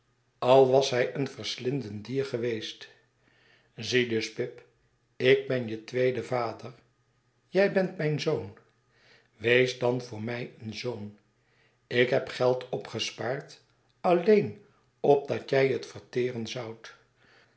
al was hij een verslindend dier geweest zie dus pip ik ben je tweede vader jij bent mijn zoon wees dan voor mij een zoon ik heb geld opgespaard alleen opdat jij het verteren zoudt